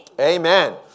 Amen